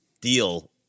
deal